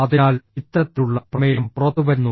അതിനാൽ ഇത്തരത്തിലുള്ള പ്രമേയം പുറത്തുവരുന്നു